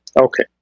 Okay